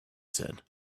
said